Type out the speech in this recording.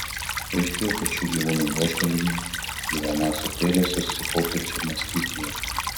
paaiškėjo kad šių gyvūnų buožgalviai gyvena ąsotėliuose susikaupiančiame skystyje